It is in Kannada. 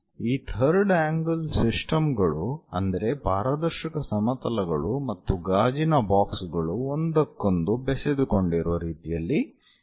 ಈ ಥರ್ಡ್ ಆಂಗಲ್ ಸಿಸ್ಟಮ್ ಗಳು ಅಂದರೆ ಪಾರದರ್ಶಕ ಸಮತಲಗಳು ಮತ್ತು ಗಾಜಿನ ಬಾಕ್ಸ್ ಗಳು ಒಂದಕ್ಕೊಂದು ಬೆಸೆದುಕೊಂಡಿರುವ ರೀತಿಯಲ್ಲಿ ಇರುತ್ತವೆ